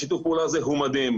שיתוף הפעולה הזה הוא מדהים,